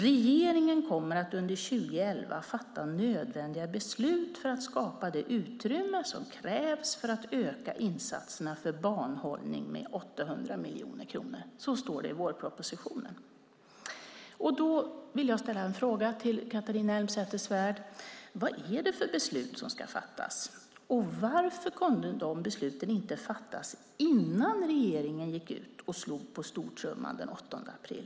"Regeringen kommer att under 2011 fatta nödvändiga beslut för att skapa det utrymme som krävs för att öka insatserna för banhållning med 800 miljoner kronor." Så står det i vårpropositionen. Jag vill fråga Catharina Elmsäter-Svärd: Vad är det för beslut som ska fattas, och varför kunde de besluten inte fattas innan regeringen gick ut och slog på stortrumman den 8 april?